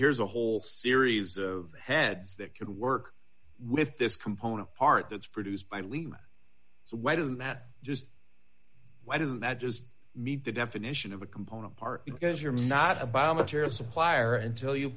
here's a whole series of heads that can work with this component part that's produced by lima so why doesn't that just why doesn't that just meet the definition of a component part because you're not a bomb material supplier until you